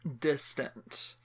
distant